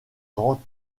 grands